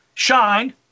shined